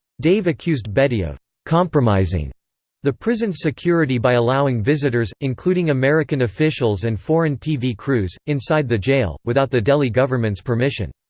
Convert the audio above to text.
dave accused bedi of compromising the prison's security by allowing visitors including american officials and foreign tv crews inside the jail, without the delhi government's permission.